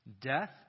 death